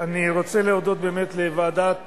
אני רוצה להודות באמת לוועדת